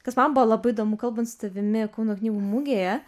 kas man buvo labai įdomu kalbant su tavimi kauno knygų mugėje